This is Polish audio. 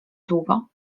długo